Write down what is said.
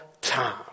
time